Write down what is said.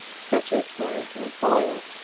set it where it will boil,